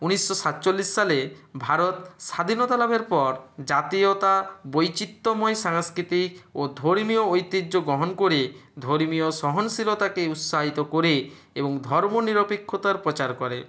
উনিশশো সাতচল্লিশ সালে ভারত স্বাধীনতা লাভের পর জাতীয়তা বৈচিত্রময় সাংস্কৃতিক ও ধর্মীয় ঐতিহ্য গ্রহণ করে ধর্মীয় সহনশীলতাকে উৎসাহিত করে এবং ধর্ম নিরপেক্ষতার প্রচার করে